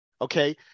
Okay